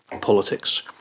politics